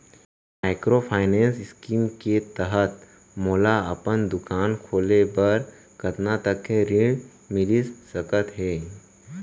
Microfinance scheme के तहत मोला अपन दुकान खोले बर कतना तक के ऋण मिलिस सकत हे?